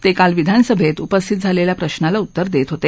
ते काल विधानसभेत उपस्थित झालेल्या प्रश्नाला उत्तर देत होते